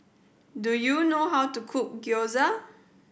do you know how to cook Gyoza